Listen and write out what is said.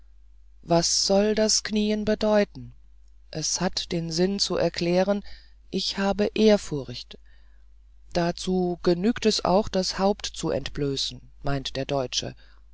was soll das knien bedeuten es hat den sinn zu erklären ich habe ehrfurcht dazu genügt es auch das haupt zu entblößen meint der deutsche